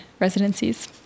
residencies